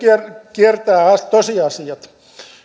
kiertää tosiasiat